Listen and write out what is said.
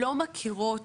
לא מכירות